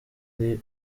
ari